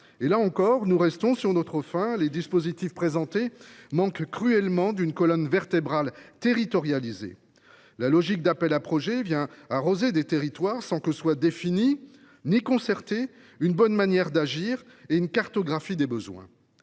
Là encore, nous restons sur notre faim. Les dispositifs présentés manquent cruellement d’une colonne vertébrale territorialisée. La logique d’appels à projets revient à arroser des territoires, sans concertation, sans définition d’une bonne manière d’agir, sans cartographie des besoins.